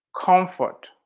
comfort